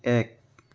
এক